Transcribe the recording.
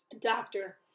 doctor